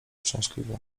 szczęśliwy